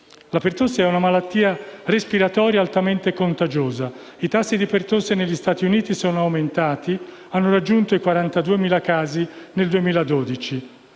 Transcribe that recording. La pertosse è una malattia respiratoria altamente contagiosa: i tassi di pertosse negli Stati Uniti sono aumentati e hanno raggiunto i 42.000 casi nel 2012.